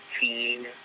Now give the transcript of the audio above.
Teen